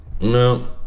No